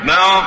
Now